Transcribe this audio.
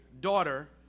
daughter